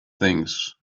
things